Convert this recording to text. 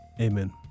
Amen